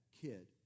kid